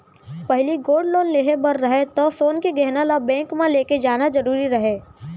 पहिली gold loan लेहे बर रहय तौ सोन के गहना ल बेंक म लेके जाना जरूरी रहय